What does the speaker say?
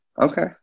okay